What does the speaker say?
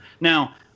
Now